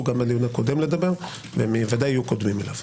גם בדיון הקודם לדבר והם ודאי יהיו קודמים לו.